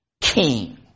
King